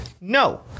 no